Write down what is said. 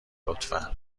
لطفا